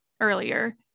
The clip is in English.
earlier